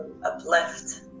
uplift